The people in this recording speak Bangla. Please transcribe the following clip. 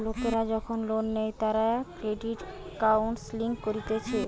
লোকরা যখন লোন নেই তারা ক্রেডিট কাউন্সেলিং করতিছে